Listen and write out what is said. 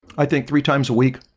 i think three times a week